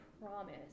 promise